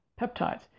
peptides